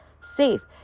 safe